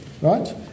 Right